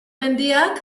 mendiak